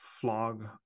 Flog